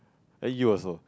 and you also